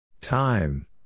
Time